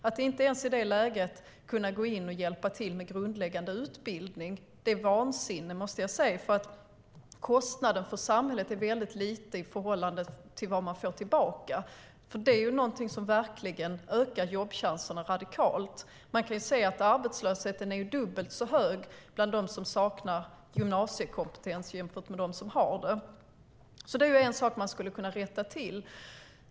Att inte ens i det läget kunna gå in och hjälpa till med grundläggande utbildning är vansinne, måste jag säga. Kostnaden för samhället är väldigt liten i förhållande till vad man får tillbaka. Detta är ju någonting som ökar jobbchanserna radikalt. Man kan se att arbetslösheten är dubbelt så hög bland dem som saknar gymnasiekompetens jämfört med dem som har den. Det är en sak man skulle kunna rätta till.